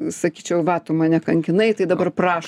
sakyčiau va tu mane kankinai tai dabar praš